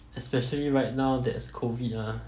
especially right now there's COVID ah